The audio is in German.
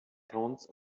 towns